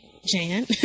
Jan